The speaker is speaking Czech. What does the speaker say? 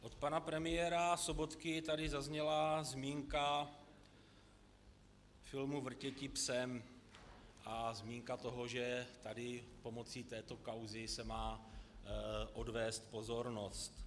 Od pana premiéra Sobotky tady zazněla zmínka filmu Vrtěti psem a zmínka toho, že tady pomocí této kauzy se má odvést pozornost.